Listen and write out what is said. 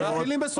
מאכילים בסוכר.